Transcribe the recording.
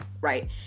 right